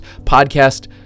podcast